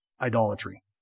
idolatry